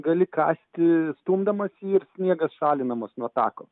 gali kąsti stumdamas ir sniegas šalinamas nuo tako